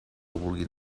vulguin